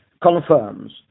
confirms